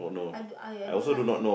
I don't I I don't like